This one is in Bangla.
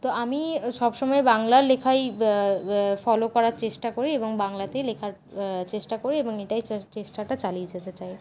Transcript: তো আমি সবসময় বাংলার লেখাই ফলো করার চেষ্টা করি এবং বাংলাতেই লেখার চেষ্টা করি এবং এটাই চেষ্টাটা চালিয়ে যেতে চাই